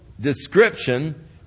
description